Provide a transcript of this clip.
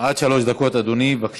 עד שלוש דקות, אדוני, בבקשה.